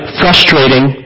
frustrating